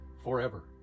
forever